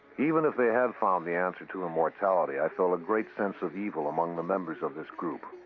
even if they had um the answer to immortality, i felt a great sense of evil among the members of this group.